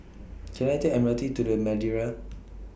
Can I Take M R T to The Madeira